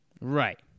Right